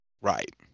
right